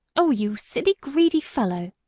oh, you silly, greedy fellow,